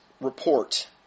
report